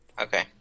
okay